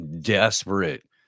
desperate